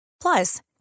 Plus